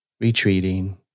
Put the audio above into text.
retreating